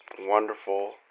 wonderful